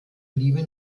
liebe